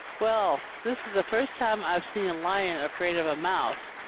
well, this is the first time i've seen a lion afraid of a mouse.